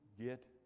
get